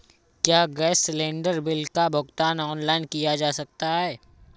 क्या gas cylinder bill का भुगतान ऑनलाइन किया जा सकता है?